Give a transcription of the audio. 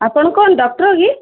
ଆପଣ କ'ଣ ଡକ୍ଟର କି